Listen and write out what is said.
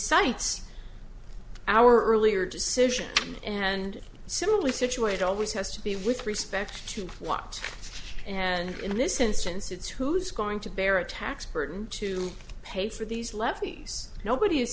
cites our earlier decision and similarly situated always has to be with respect to what and in this instance it's who's going to bear a tax burden to pay for these levees nobody